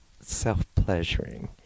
self-pleasuring